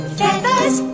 feathers